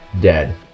dead